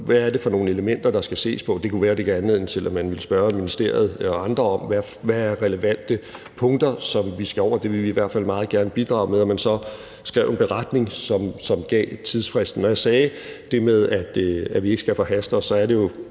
hvad det var for nogle elementer, der skulle ses på. Det kunne være, at det gav anledning til, at man ville spørge ministeriet og andre om, hvilke relevante punkter man skal over – det vil vi i hvert fald meget gerne bidrage med – og at man så skrev en beretning, som gav tidsfristen. Når jeg sagde det med, at vi ikke skal forhaste os, er det jo,